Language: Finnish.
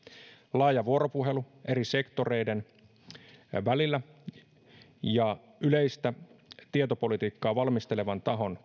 laaja vuoropuhelu eri sektoreiden ja yleistä tietopolitiikkaa valmistelevan tahon